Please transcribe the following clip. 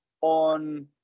on